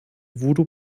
voodoo